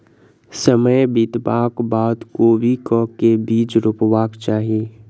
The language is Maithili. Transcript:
समय बितबाक बाद कोबी केँ के बीज रोपबाक चाहि?